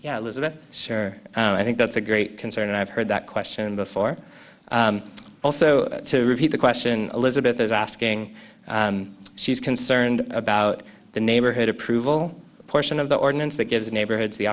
elizabeth sure i think that's a great concern and i've heard that question before also to repeat the question elizabeth is asking she's concerned about the neighborhood approval portion of the ordinance that gives neighborhoods the